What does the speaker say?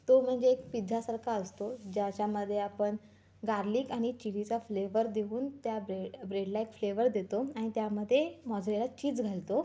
तो म्हणजे एक पिझ्झासारखा असतो ज्याच्यामध्ये आपण गार्लिक आणि चिलीचा फ्लेवर देऊन त्या ब्रेड ब्रेडला एक फ्लेवर देतो आणि त्यामध्ये मॉझरेला चीज घालतो